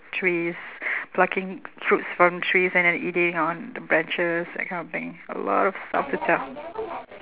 trees plucking fruits from trees and then eating on the branches that kind of thing a lot of stuff to tell